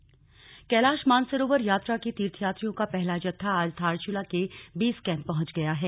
जत्था कैलाश मानसरोवर यात्रा के तीर्थयात्रियों का पहला जत्था आज धारचूला के बेस कैंप पहुंच गया है